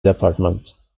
department